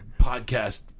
podcast